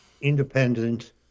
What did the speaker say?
independent